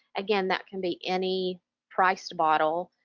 again, that can be any priced bottle